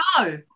no